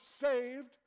saved